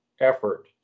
effort